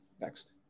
Next